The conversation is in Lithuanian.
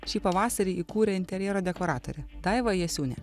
šį pavasarį įkūrė interjero dekoratorė daiva jasiūnienė